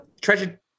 Treasure